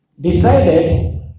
decided